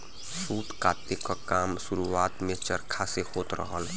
सूत काते क काम शुरुआत में चरखा से होत रहल